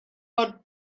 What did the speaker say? bod